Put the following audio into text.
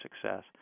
success